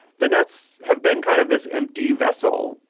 the nets have been kind of this empty vessel,